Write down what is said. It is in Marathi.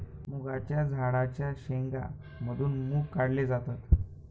मुगाच्या झाडाच्या शेंगा मधून मुग काढले जातात